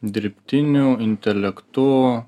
dirbtiniu intelektu